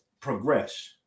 progress